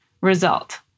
Result